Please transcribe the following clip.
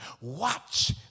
Watch